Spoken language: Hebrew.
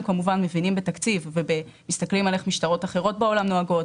אנחנו כמובן מבינים בתקציב ומסתכלים על איך משטרות אחרות בעולם נוהגות,